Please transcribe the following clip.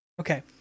Okay